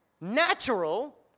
natural